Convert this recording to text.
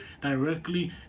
directly